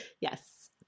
Yes